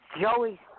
Joey